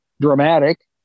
dramatic